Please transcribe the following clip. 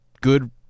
good